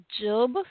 Job